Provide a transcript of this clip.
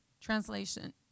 Translation